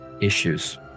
issues